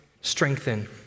strengthen